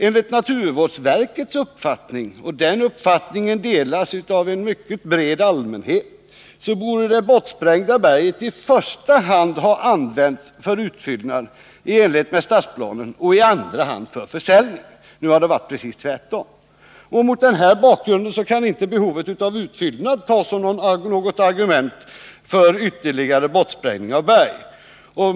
Enligt naturvårdsverkets uppfattning — och den uppfattningen Om regeringens delas av en mycket bred allmänhet — borde de bortsprängda bergmassorna i = tillstånd till utbyggförsta hand ha använts för utfyllnad i enlighet med stadsplanen och i andra — nad av Vallhamn hand för försäljning. Det har varit precis tvärtom. på Tjörn Mot denna bakgrund kan inte behovet av utfyllnad tas som något argument för ytterligare bortsprängning av berg.